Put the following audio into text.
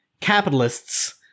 capitalists